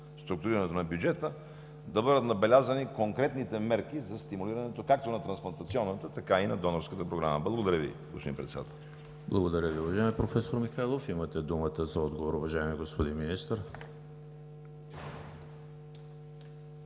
структурирането на бюджета да бъдат набелязани конкретните мерки за стимулирането както на трансплантационната, така и на донорската програма? Благодаря Ви, господин Председател. ПРЕДСЕДАТЕЛ ЕМИЛ ХРИСТОВ: Благодаря Ви, уважаеми професор Михайлов. Имате думата за отговор, уважаеми господин Министър.